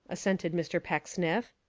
assented mr. pecksniff.